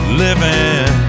living